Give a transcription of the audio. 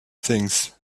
things